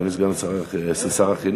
אדוני שר החינוך.